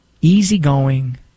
easygoing